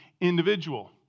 individual